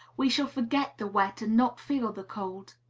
we shall forget the wet and not feel the cold.